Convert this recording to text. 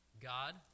God